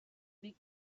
big